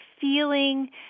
feeling